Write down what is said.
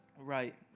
right